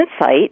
insight